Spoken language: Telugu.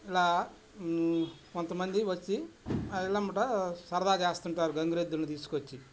ఇలా కొంతమంది వచ్చి ఇళ్ళమ్మట సరదా చేస్తుంటారు గంగిరెద్దుని తీసుకొచ్చి